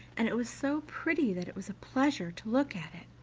and it was so pretty that it was a pleasure to look at it.